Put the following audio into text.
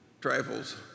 trifles